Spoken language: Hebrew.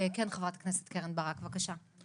כן חברת הכנסת קרן ברק, בבקשה.